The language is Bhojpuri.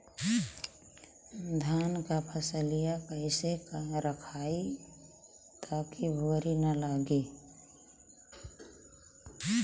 धान क फसलिया कईसे रखाई ताकि भुवरी न लगे?